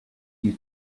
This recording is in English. you